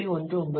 19